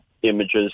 Images